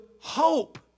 hope